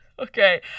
Okay